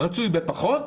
רצוי פחות,